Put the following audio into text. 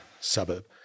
suburb